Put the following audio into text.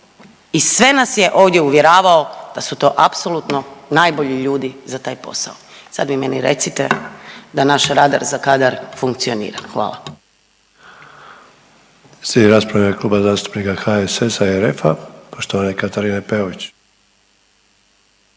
i sve nas je ovdje uvjeravao da su to apsolutno najbolji ljudi za taj posao. Sad vi meni recite da naš radar za kadar funkcionira, hvala. **Sanader, Ante (HDZ)** Slijedi rasprava u ime Kluba zastupnika HSS-a i RF-a, poštovane Katarine Peović.